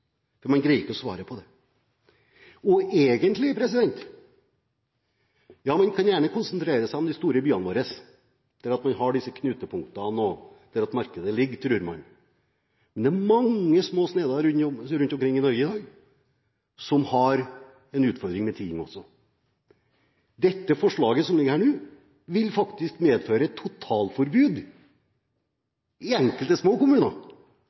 for man greier ikke å svare på det. Egentlig kan man gjerne konsentrere seg om de store byene våre, der man har disse knutepunktene og hvor man tror at markedet ligger. Men det er mange små steder rundt omkring i Norge i dag som også har en utfordring med tigging. Dette forslaget som ligger her nå, vil faktisk medføre totalforbud i enkelte små kommuner